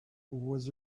was